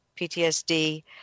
PTSD